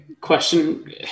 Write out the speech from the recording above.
question